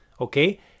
Okay